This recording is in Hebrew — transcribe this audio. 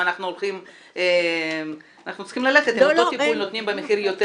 אם את אותו טיפול נותנים במחיר יותר